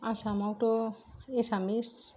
आसामावथ' एसामिस